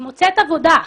היא מוצאת עבודה,